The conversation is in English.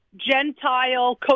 Gentile